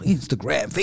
Instagram